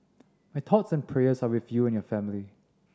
my thoughts and prayers are with you and your family